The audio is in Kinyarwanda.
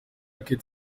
kate